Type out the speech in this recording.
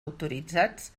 autoritzats